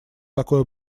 такое